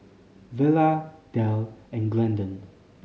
Vella Delle and Glendon